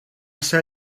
ser